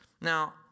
now